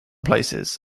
places